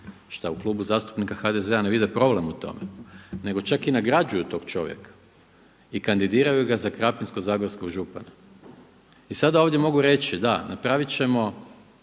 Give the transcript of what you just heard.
šta u Klubu zastupnika HDZ-a ne vide problem u tome, nego čak i nagrađuju tog čovjeka i kandidiraju ga za Krapinsko-zagorskog župana. I sada ovdje mogu reći da, napravit ćemo